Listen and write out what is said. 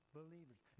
believers